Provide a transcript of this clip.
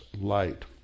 light